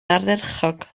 ardderchog